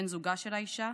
בן זוגה של האישה,